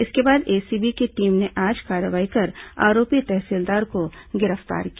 इसके बाद एसीबी की टीम ने आज कार्रवाई कर आरोपी तहसीलदार को गिरफ्तार किया